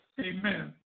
Amen